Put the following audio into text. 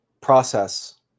process